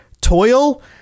toil